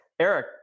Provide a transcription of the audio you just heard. Eric